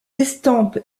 estampes